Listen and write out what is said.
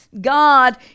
God